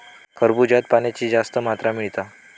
खरबूज्यात पाण्याची जास्त मात्रा मिळता